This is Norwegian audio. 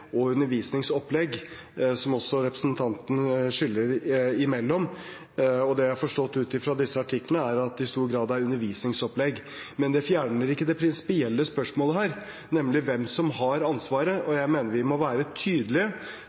at dette i stor grad er undervisningsopplegg. Men det fjerner ikke det prinsipielle spørsmålet her, nemlig hvem som har ansvaret, og jeg mener vi må være tydelige